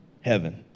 heaven